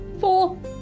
Four